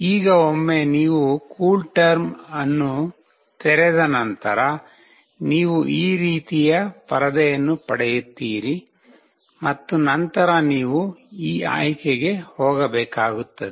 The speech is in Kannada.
ಈಗ ಒಮ್ಮೆ ನೀವು ಕೂಲ್ ಟರ್ಮ್ ಅನ್ನು ತೆರೆದ ನಂತರ ನೀವು ಈ ರೀತಿಯ ಪರದೆಯನ್ನು ಪಡೆಯುತ್ತೀರಿ ಮತ್ತು ನಂತರ ನೀವು ಈ ಆಯ್ಕೆಗೆ ಹೋಗಬೇಕಾಗುತ್ತದೆ